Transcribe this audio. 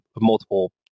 multiple